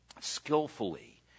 skillfully